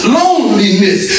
loneliness